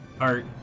art